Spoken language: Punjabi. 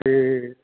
ਅਤੇ